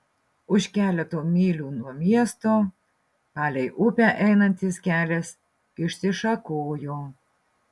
už keleto mylių nuo miesto palei upę einantis kelias išsišakojo